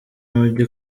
ntujya